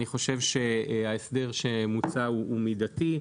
אני חושב שההסדר שמוצע הוא מידתי,